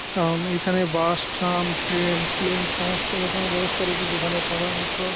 কারণ এখানে bus tram train plane সমস্ত রকমের ব্যবস্থা রয়েছে যেখানে সাধারণত